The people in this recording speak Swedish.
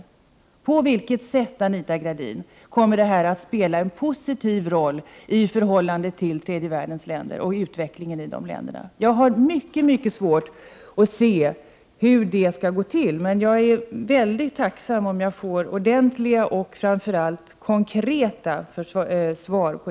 På vilket sätt, Anita Gradin, kommer detta att spela en positiv roll i förhållande till och utvecklingen av tredje världens länder? Jag har mycket svårt att se hur det skall gå till. Men jag vore mycket tacksam om jag får ordentliga och framför allt konkreta svar.